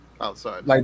Outside